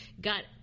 got